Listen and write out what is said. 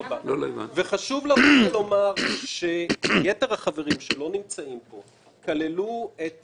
וחשוב לומר שיתר החברים שלא נמצאים פה כללו את